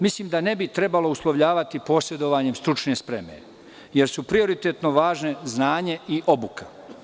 Mislim da ne bi trebalo uslovljavati posredovanjem stručne spreme, jer su prioritetno važni znanje i obuka.